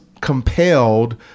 compelled